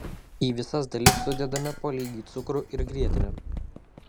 į visas dalis sudedame po lygiai cukrų ir grietinę